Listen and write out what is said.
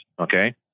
okay